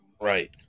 Right